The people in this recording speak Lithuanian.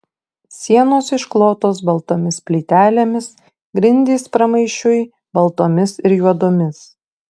sienos išklotos baltomis plytelėmis grindys pramaišiui baltomis ir juodomis